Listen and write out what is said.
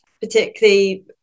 particularly